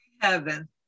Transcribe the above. heaven